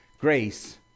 Grace